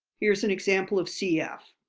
here's an example of cf.